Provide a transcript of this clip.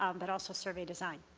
um but also survey design.